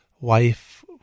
wife